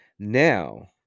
Now